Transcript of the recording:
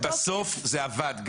בסוף זה עבד.